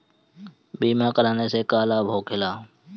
बीमा कराने से का लाभ होखेला?